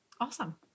Awesome